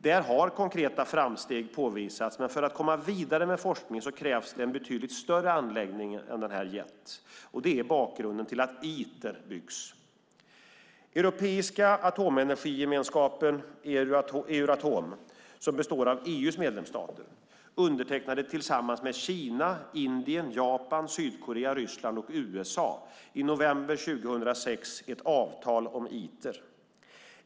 Där har konkreta framsteg påvisats, men för att komma vidare med forskningen krävs det en betydligt större anläggning än Jet. Detta är bakgrunden till att Iter byggs. Europeiska atomenergigemenskapen, Euratom, som består av EU:s medlemsstater, undertecknade tillsammans med Kina, Indien, Japan, Sydkorea, Ryssland och USA i november 2006 ett avtal om Iter.